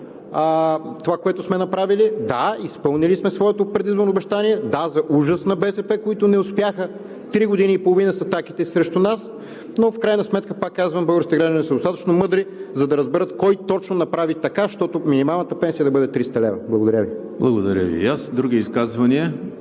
това, което сме направили. Да, изпълнили сме своето предизборно обещание, да, за ужас на БСП, които не успяха три години и половина с атаките срещу нас. Но в крайна сметка, пак казвам, българските граждани са достатъчно мъдри, за да разберат кой точно направи така, щото минималната пенсия да бъде 300 лв. Благодаря Ви. ПРЕДСЕДАТЕЛ ЕМИЛ